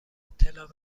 اطلاع